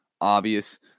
obvious